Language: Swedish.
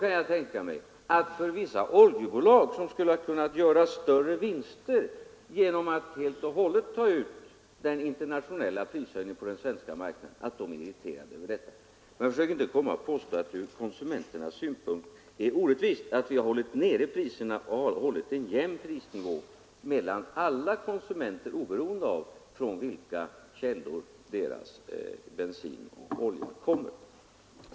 Jag kan tänka mig att vissa oljebolag, som skulle ha kunnat göra större vinster genom att helt och hållet ta ut den internationella prishöjningen på den svenska marknaden, är irriterade, men försök inte göra gällande att det ur konsumenternas synpunkt är orättvist att vi har hållit priserna nere och jämnat ut prisnivån för alla konsumenter, oberoende av från vilka källor deras bensin och olja kommer.